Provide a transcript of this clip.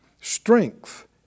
strength